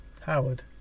Howard